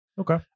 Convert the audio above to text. Okay